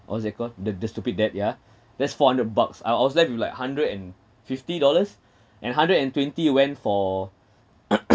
what's that called the the stupid debt yeah that's four hundred bucks our ours debt be like hundred and fifty dollars and hundred and twenty went for